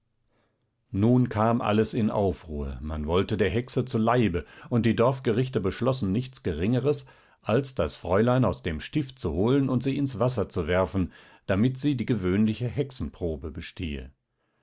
nun kam alles in aufruhr man wollte der hexe zu leibe und die dorfgerichte beschlossen nichts geringeres als das fräulein aus dem stift zu holen und sie ins wasser zu werfen damit sie die gewöhnliche hexenprobe bestehe